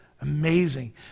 Amazing